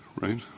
right